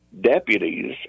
deputies